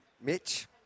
Mitch